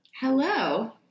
Hello